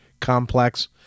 complex